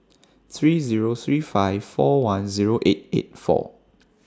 three Zero three five four one Zero eight eight four